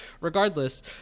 regardless